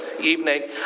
evening